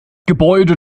gebäude